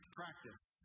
practice